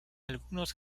algunos